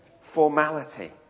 formality